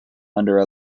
under